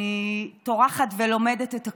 אני טורחת ולומדת את הכול.